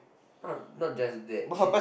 uh not just that she